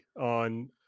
on